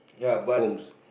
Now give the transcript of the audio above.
homes